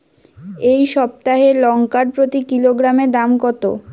এই সপ্তাহের লঙ্কার প্রতি কিলোগ্রামে দাম কত?